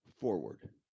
forward